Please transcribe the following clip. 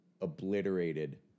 obliterated